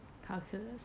calculus